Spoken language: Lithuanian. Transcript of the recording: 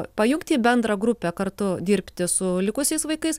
pajungti į bendrą grupę kartu dirbti su likusiais vaikais